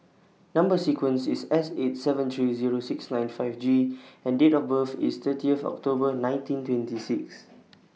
Number sequence IS S eight seven three Zero six nine five G and Date of birth IS thirtieth October nineteen twenty six